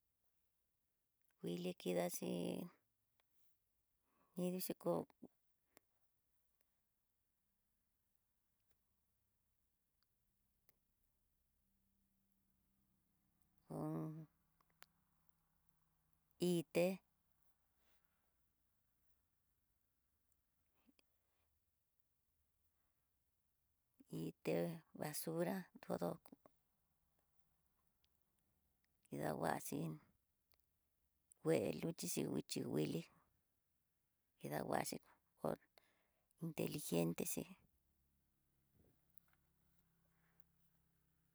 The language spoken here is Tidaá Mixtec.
Nguili kidaxhi idixi kó, hon hí té, hí té basura todo, kidanguaxhi kué luxhixi kuxhi vili, didanguaxhi ko inteligente xhí.